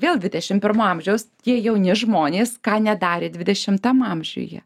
vėl dvidešim pirmo amžiaus tie jauni žmonės ką nedarė dvidešimtam amžiuje